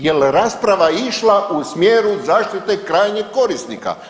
Jel' rasprava išla u smjeru zaštite krajnjeg korisnika?